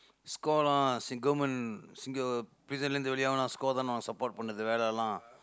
score lah say government Singa~ prison னிலிருந்து வெளியாவுனா:nilirundthu veliyaavunaa score தான்:thaan lah support பண்ணுது வேலை எல்லாம்:pannuthu veelai ellaam